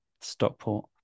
stockport